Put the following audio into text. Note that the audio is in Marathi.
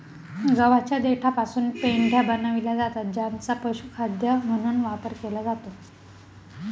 गव्हाच्या देठापासून पेंढ्या बनविल्या जातात ज्यांचा पशुखाद्य म्हणून वापर केला जातो